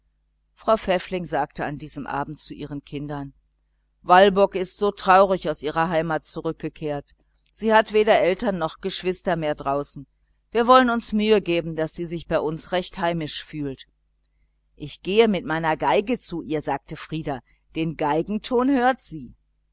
frau pfäffling sagte an diesem abend zu ihren kindern walburg ist so traurig aus ihrer heimat zurückgekehrt sie hat weder eltern noch geschwister mehr draußen wir wollen uns mühe geben daß sie sich bei uns recht heimisch fühlt ich gehe mit meiner violine zu ihr sagte frieder den geigenton hört sie